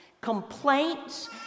complaints